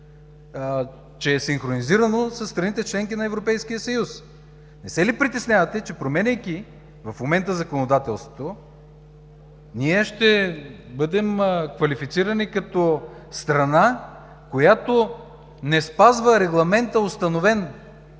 че е синхронизирано със страните - членки на Европейския съюз. Не се ли притеснявате, че променяйки в момента законодателството, ние ще бъдем квалифицирани като страна, която не спазва регламента, установен